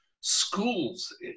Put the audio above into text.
schools